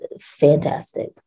fantastic